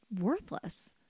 worthless